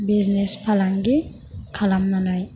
business फालांगि खालामनानै